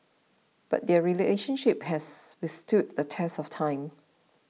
but their relationship has withstood the test of time